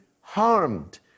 harmed